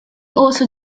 also